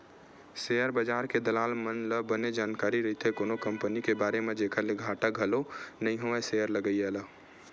share बजार के दलाल मन ल बने जानकारी रहिथे कोनो कंपनी के बारे म जेखर ले घाटा घलो नइ होवय सेयर लगइया ल